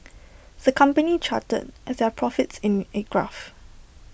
the company charted their profits in A graph